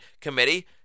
Committee